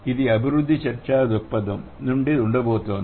ఇది అభివృద్ధి చర్చాదృక్పథం నుండి ఉండబోతోంది